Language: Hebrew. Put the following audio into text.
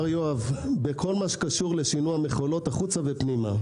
יואב בכל מה שקשור לשינוע מכולות החוצה ופנימה.